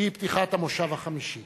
שהיא פתיחת המושב החמישי